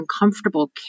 uncomfortable